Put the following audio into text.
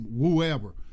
whoever